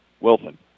Wilson